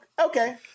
Okay